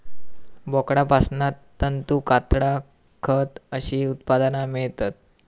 बोकडांपासना तंतू, कातडा, खत अशी उत्पादना मेळतत